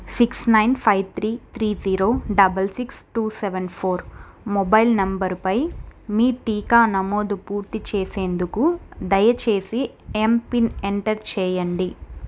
six nine five three three zero double six two seven four mobile number పై మీ టీకా నమోదు పూర్తి చేసేందుకు దయచేసి ఎంపిన్ ఎంటర్ చేయండి